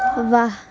واہ